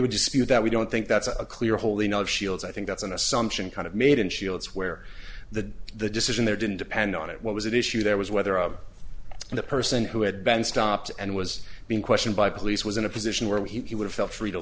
dispute that we don't think that's a clear holding up shields i think that's an assumption kind of made in shields where the the decision there didn't depend on it what was it issue there was whether a person who had been stopped and was being questioned by police was in a position where he would have felt free to